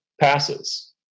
passes